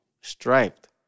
striped